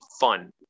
fun